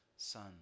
son